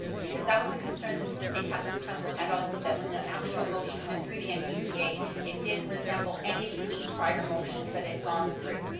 because that was a concern the st. catherine's council had also that when the actual motion went through the npca it didn't resemble any of the eight prior motions that had gone through.